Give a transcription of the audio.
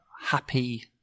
happy